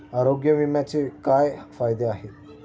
आरोग्य विम्याचे काय फायदे आहेत?